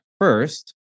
first